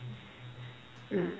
mm